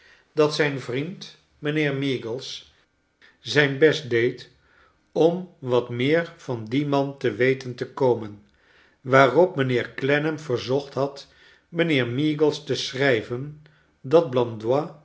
dat zijn vriend mijnheer meagles zijn best deed om wa t meer van dien man te weten te komen waarop mijnheer clennam verzocht had mijnheer meagles te schrijven dat